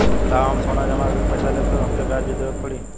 साहब हम सोना जमा करके पैसा लेब त हमके ब्याज भी देवे के पड़ी?